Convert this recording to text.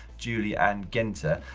julie anne ginter,